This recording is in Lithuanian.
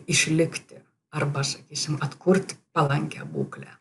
išlikti arba sakysim atkurti palankią būklę